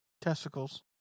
Testicles